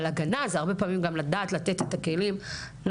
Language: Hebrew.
אבל הגנה זה הרבה פעמים גם לדעת לתת את הכלים לאמא,